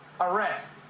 arrest